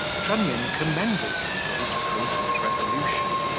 trunnion commended him for his prudent resolution,